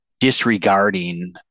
disregarding